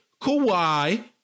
Kawhi